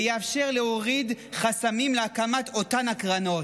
ויאפשר להוריד חסמים בהקמת אותן קרנות.